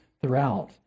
throughout